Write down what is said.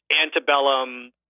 antebellum